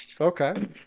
Okay